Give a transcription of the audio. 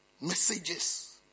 messages